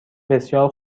بسیار